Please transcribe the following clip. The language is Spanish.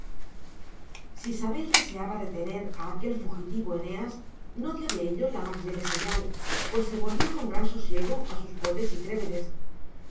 si sabel deseaba retener a aquel fugitivo eneas no dio de ello la más leve señal pues se volvió con gran sosiego a sus potes y